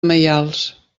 maials